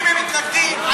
אם הם מתנגדים אז,